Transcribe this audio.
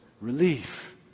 Relief